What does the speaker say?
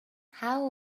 how